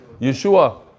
Yeshua